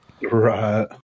Right